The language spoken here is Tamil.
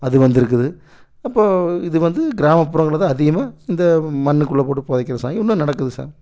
அது வந்து இருக்குது அப்போ இது வந்து கிராமப்புறங்களில் தான் அதிகமாக இந்த மண்ணுக்குள்ளே போட்டு புதைக்கிற சாயம் இன்னும் நடக்குது சார்